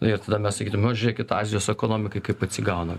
ir tada mes sakytume o žiūrėkit azijos ekonomika kaip atsigauna